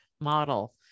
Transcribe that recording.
model